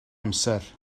amser